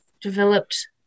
developed